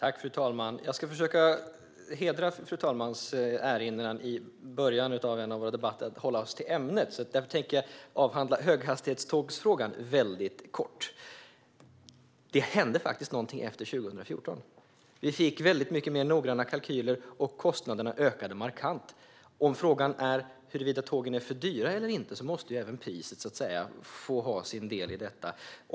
Fru talman! Jag ska försöka hedra fru talmannens erinran i början av en av våra debatter att hålla oss till ämnet. Därför tänker jag avhandla frågan om höghastighetståg väldigt kort. Det hände faktiskt någonting efter 2014. Vi fick väldigt mycket mer noggranna kalkyler, och kostnaderna ökade markant. Om frågan är huruvida tågen är för dyra eller inte måste även priset få ha sin del i detta.